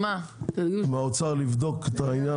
אני מבקש מהאוצר לבדוק את העניין